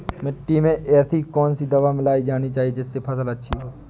मिट्टी में ऐसी कौन सी दवा मिलाई जानी चाहिए जिससे फसल अच्छी हो?